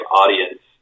audience